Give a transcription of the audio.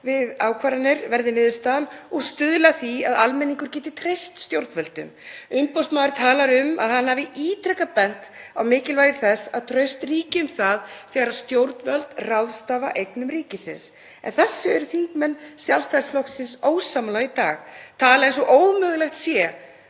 við ákvarðanir verði niðurstaðan og stuðla að því að almenningur geti treyst stjórnvöldum. Umboðsmaður talar um að hann hafi ítrekað bent á mikilvægi þess að traust ríki um það þegar stjórnvöld ráðstafa eignum ríkisins. En þessu eru þingmenn Sjálfstæðisflokksins ósammála í dag, tala eins og ómögulegt sé